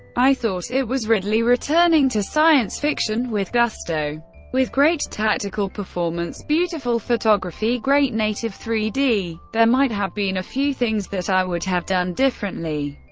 i thought it was ridley returning to science fiction with gusto, with great tactical performance, beautiful photography, great native three d. there might have been a few things that i would have done differently,